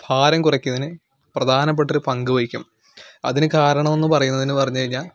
ഭാരം കുറയ്ക്കുന്നതിന് പ്രധാനപ്പെട്ട ഒരു പങ്ക് വഹിക്കും അതിന് കാരണമെന്ന് പറയുന്നതെന്ന് പറഞ്ഞുകഴിഞ്ഞാൽ